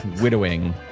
Widowing